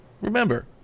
Remember